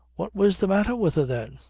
what was the matter with her then?